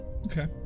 Okay